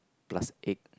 plus egg